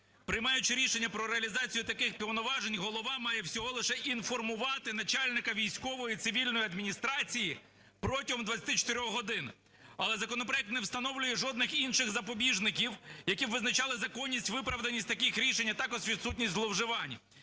Приймаючи рішення про реалізацію таких повноважень, голова має всього лише інформувати начальника військової цивільної адміністрації протягом 24 годин, але законопроект не встановлює жодних інших запобіжників, які б визначали законність, виправданість таких рішень, а також відсутність зловживань.